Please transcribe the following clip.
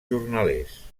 jornalers